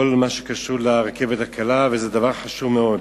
בכל מה שקשור לרכבת הקלה, וזה דבר חשוב מאוד.